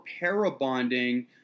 parabonding